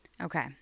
Okay